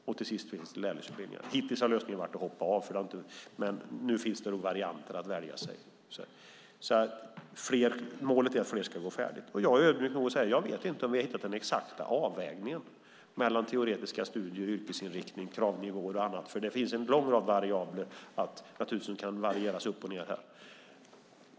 Och till sist finns det lärlingsutbildningar. Hittills har lösningen varit att hoppa av, men nu finns det varianter att välja mellan. Målet är att fler ska gå färdigt. Jag är ödmjuk nog att säga: Jag vet inte om vi har hittat den exakta avvägningen mellan teoretiska studier, yrkesinriktning, kravnivåer och annat, för det finns en lång rad variabler som naturligtvis kan varieras upp och ned.